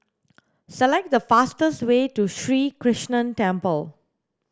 select the fastest way to Sri Krishnan Temple